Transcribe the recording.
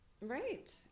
Right